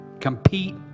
compete